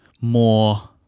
more